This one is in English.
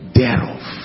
thereof